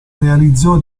realizzò